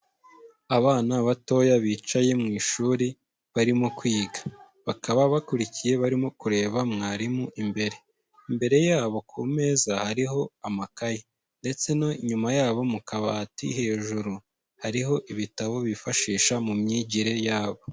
Abana batoya bicaye mu ishuri, barimo kwiga. Bakaba bakurikiye barimo kureba mwarimu imbere. Imbere yabo ku meza hariho amakaye. Ndetse no nyuma yabo mu kabati hejuru, hariho ibitabo bifashisha mu myigire yabo.